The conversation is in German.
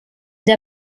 der